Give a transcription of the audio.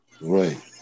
Right